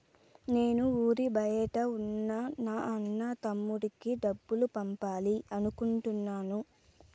నేను ఊరి బయట ఉన్న నా అన్న, తమ్ముడికి డబ్బులు పంపాలి అనుకుంటున్నాను